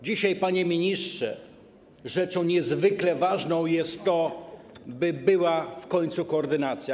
Dzisiaj, panie ministrze, rzeczą niezwykle ważną jest to, by była w końcu koordynacja.